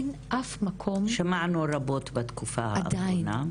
שמענו רבות בתקופה האחרונה.